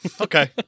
Okay